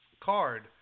card